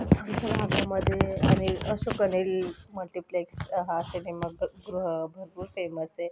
आमच्या भागामध्ये अनिल अशोक अनिल मल्टिप्लेक्स हा सिनेमागृ गृह भरपूर फेमस आहे